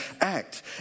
act